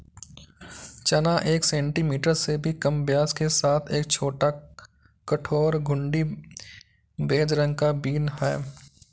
चना एक सेंटीमीटर से भी कम व्यास के साथ एक छोटा, कठोर, घुंडी, बेज रंग का बीन है